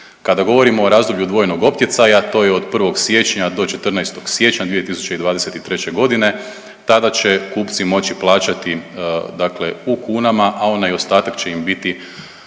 Kada govorimo o razdoblju dvojnog optjecaja to je od 1. siječnja do 14. siječnja 2023. godine, tada će kupci moći plaćati dakle u kunama, a onaj ostatak će im biti